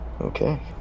Okay